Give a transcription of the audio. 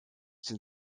den